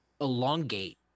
elongate